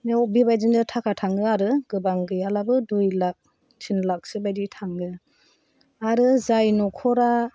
नियाव बेबादिनो थाखा थाङो आरो गोबां गोयालाबो दुइ लाख थिन लाखसो बायदि थाङो आरो जाय न'खरा